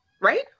right